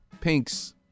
Pink's